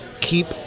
keep